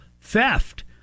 theft